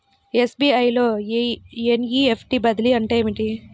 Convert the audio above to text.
SBI లో NEFT బదిలీ అంటే ఏమిటి?